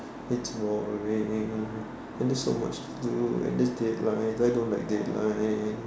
it's boring and there's so much to do and there's deadlines I don't like deadlines